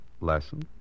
Lesson